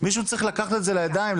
מישהו צריך לקחת את זה לידיים,